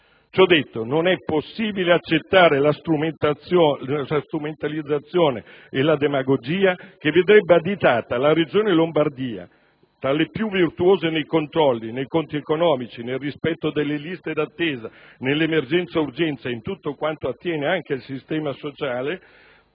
Ciò detto, non è possibile accettare la strumentalizzazione e la demagogia, che vedrebbe la Regione Lombardia, tra le più virtuose nei controlli, nei conti economici, nel rispetto delle liste di attesa, nell'emergenza-urgenza e in tutto quanto attiene anche al sistema sociale,